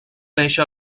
néixer